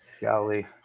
Golly